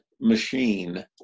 machine